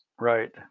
Right